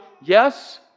yes